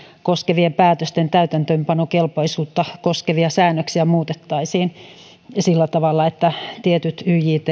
koskevien päätösten täytäntöönpanokelpoisuutta koskevia säännöksiä sillä tavalla että tietyt